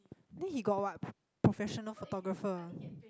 then he got what professional photographer